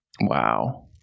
Wow